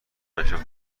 امشب